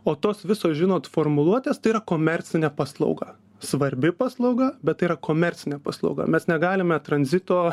o tos visos žinot formuluotės tai yra komercinė paslauga svarbi paslauga bet tai yra komercinė paslauga mes negalime tranzito